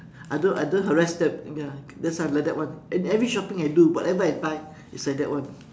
I don't I don't harass them ya that's why I like that one and every shopping I do whatever I buy is like that [one]